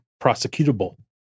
prosecutable